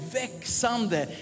växande